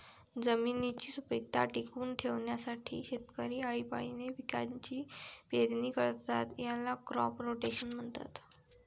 जमिनीची सुपीकता टिकवून ठेवण्यासाठी शेतकरी आळीपाळीने पिकांची पेरणी करतात, याला क्रॉप रोटेशन म्हणतात